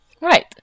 Right